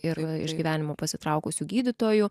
ir iš gyvenimo pasitraukusių gydytojų